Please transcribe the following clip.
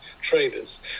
traders